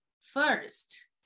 first